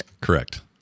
correct